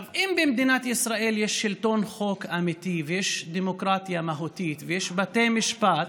אם במדינת ישראל יש שלטון חוק אמיתי ויש דמוקרטיה מהותית ויש בתי משפט,